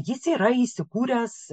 jis yra įsikūręs